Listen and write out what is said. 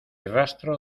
rastro